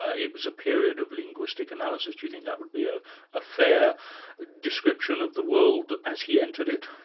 ah it was a period of linguistic analysis do you think that would be ah a fair description of the world as he entered it?